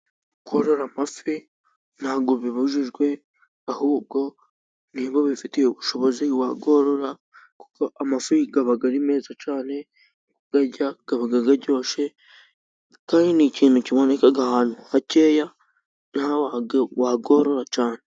Korora amafi ntago bibujijwe. ahubwo niba ubifitiye ubushobozi wayorora kuko amafi aba ari meza cyane, kuyarya aba aryoshye kandi ni ikintu kiboneka ahantu hakeya, nawe wayorora cyane.